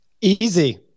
Easy